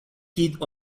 keith